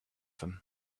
him